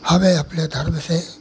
हमें अपने धर्म से